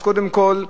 אז קודם כול,